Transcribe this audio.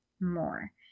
more